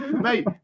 Mate